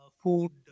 food